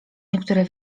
niektóre